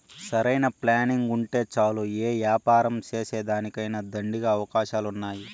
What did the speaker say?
సరైన ప్లానింగుంటే చాలు యే యాపారం సేసేదానికైనా దండిగా అవకాశాలున్నాయి